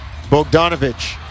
Bogdanovich